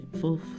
full